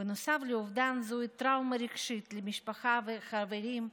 בנוסף לאובדן, זוהי טראומה רגשית למשפחה ולחברים,